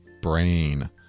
brain